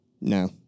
No